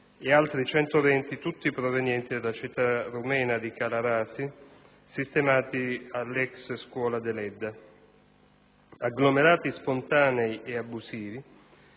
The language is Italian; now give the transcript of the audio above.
e altri 120, tutti provenienti dalla città rumena di Calarasi, sistemati presso l'ex scuola Deledda. Agglomerati spontanei ed abusivi